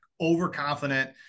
overconfident